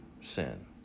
sin